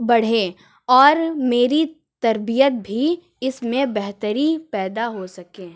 بڑھے اور میری تربیت بھی اس میں بہتری پیدا ہو سکیں